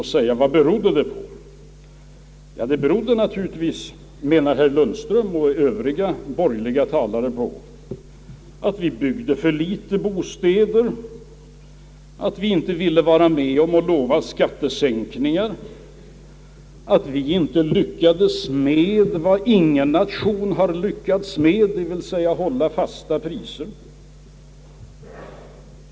Resultatet, menar naturligtvis herr Lundström och övriga borgerliga talare, berodde på att vi byggde för litet bostäder, att vi inte ville lova skattesänkningar och att vi inte lyckats med vad ingen nation har lyckats med, nämligen att hålla fasta priser.